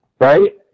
Right